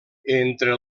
entre